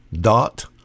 dot